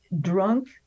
drunk